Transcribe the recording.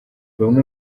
bamwe